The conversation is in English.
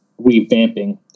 revamping